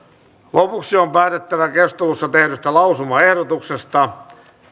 lopuksi on päätettävä keskustelussa tehdystä lausumaehdotuksesta